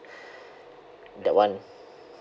that one